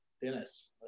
Dennis